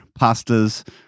pastas